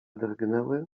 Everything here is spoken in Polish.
drgnęły